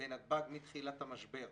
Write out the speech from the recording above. בנתב"ג מתחילת המשבר.